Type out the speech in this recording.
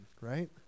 right